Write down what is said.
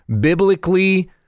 biblically